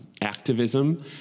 activism